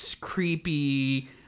creepy